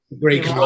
Great